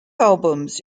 albums